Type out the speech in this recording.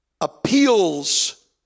appeals